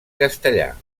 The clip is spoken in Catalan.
castellà